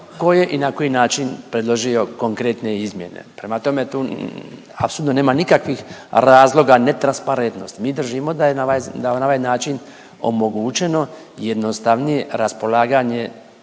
tko je i na koji način predložio konkretne izmjene. Prema tome, tu apsolutno nema nikakvih razloga netransparentnosti. Mi držimo da je na raz… na ovaj način omogućeno jednostavnije raspolaganje